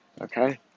Okay